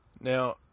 Now